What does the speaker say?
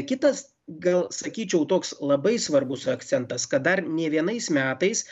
kitas gal sakyčiau toks labai svarbus akcentas kad dar nė vienais metais